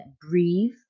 breathe